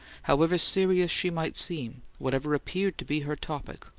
however serious she might seem, whatever appeared to be her topic,